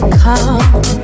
come